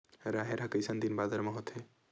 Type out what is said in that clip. राहेर ह कइसन दिन बादर म होथे?